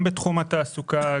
התעסוקה,